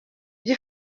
byo